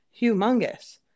humongous